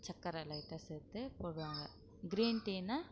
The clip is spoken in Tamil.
சர்க்கர லைட்டாக சேர்த்து போடுவாங்க கிரீன் டீனால்